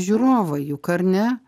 žiūrovai juk ar ne